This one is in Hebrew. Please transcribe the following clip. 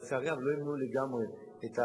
אבל לצערי הרב לא ימנעו לגמרי את